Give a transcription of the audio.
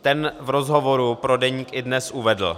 Ten v rozhovoru pro deník idnes.cz uvedl: